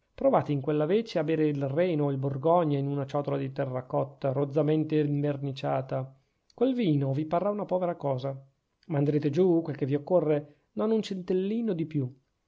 provate in quella vece a bere il reno o il borgogna in una ciotola di terra cotta rozzamente inverniciata quel vino vi parrà una povera cosa manderete giù quel che vi occorre non un centellino di più